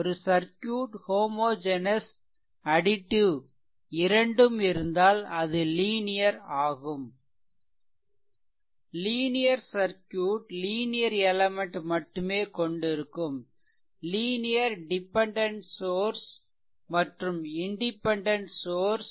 ஒரு circuit homogeneous additive இரண்டும் இருந்தால் அது லீனியர் ஆகும் லீனியர் சர்க்யூட் லீனியர் எலெமென்ட் மட்டுமே கொண்டிருக்கும் லீனியர் டிபெண்டென்ட் சோர்ஸ் மற்றும் இன்டிபெண்டென்ட் சோர்ஸ்